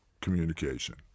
communication